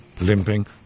Limping